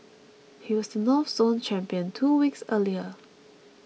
he was the North Zone champion two weeks earlier